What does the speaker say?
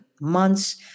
months